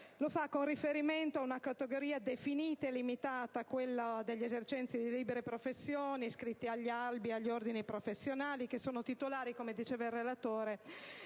Lo fa con riferimento a una categoria definita e limitata, quella degli esercenti le libere professioni, iscritti ad albi ed ordini professionali, titolari - come ha evidenziato il relatore